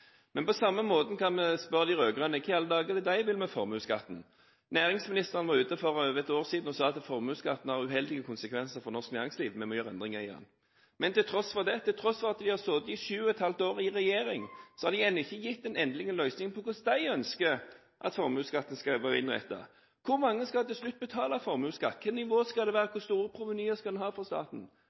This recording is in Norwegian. På samme måte kan vi spørre de rød-grønne hva i all verden de vil med formuesskatten. Næringsministeren var ute for over ett år siden og sa at formuesskatten har uheldige konsekvenser for norsk næringsliv, så vi må gjøre endringer i den. Men til tross for det, til tross for at de har sittet i sju og et halvt år i regjering, har de ennå ikke kommet med den endelige løsningen på hvordan de ønsker at formuesskatten skal innrettes. Hvor mange skal til slutt betale formuesskatt? Hvilket nivå skal det være? Hvor store provenyer skal en ha for staten?